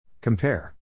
Compare